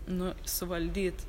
nu suvaldyt